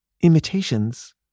imitations